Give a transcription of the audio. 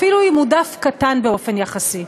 אפילו אם הוא דף קטן באופן יחסי.